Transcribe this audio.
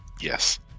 yes